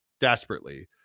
desperately